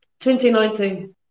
2019